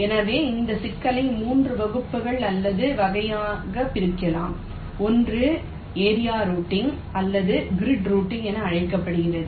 எனவே இந்த சிக்கலை 3 வகைகளாக பிரிக்கலாம் ஒன்று ஏரியா ரூட்டிங் அல்லது கிரிட் ரூட்டிங் என்று அழைக்கப்படுகிறது